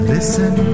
Listen